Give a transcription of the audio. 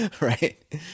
Right